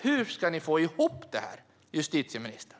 Hur ska ni få ihop det här, justitieministern?